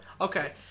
Okay